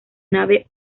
nave